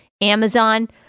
Amazon